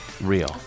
Real